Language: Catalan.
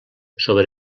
sobre